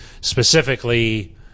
specifically